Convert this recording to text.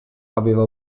aveva